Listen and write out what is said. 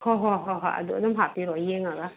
ꯍꯣ ꯍꯣ ꯍꯣ ꯍꯣꯏ ꯑꯗꯨ ꯑꯗꯨꯝ ꯍꯥꯞꯄꯤꯔꯣ ꯌꯦꯡꯉꯒ